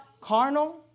carnal